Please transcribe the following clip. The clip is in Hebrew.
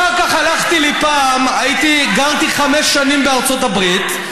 אחר כך הלכתי לי פעם, גרתי חמש שנים בארצות הברית.